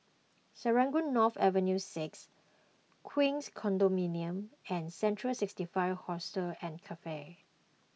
Serangoon North Avenue six Queens Condominium and Central sixty five Hostel and Cafe